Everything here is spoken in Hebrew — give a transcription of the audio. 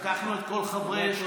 לקחנו את כל חברי הכנסת,